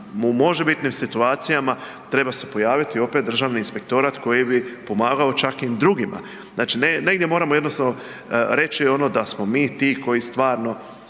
u možebitnim situacijama treba se pojaviti opet državni inspektorat koji bi pomagao čak i drugima. Znači negdje moramo jednostavno reći ono da smo mi ti koji stvarno